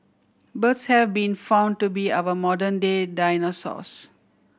birds have been found to be our modern day dinosaurs